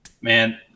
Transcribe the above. man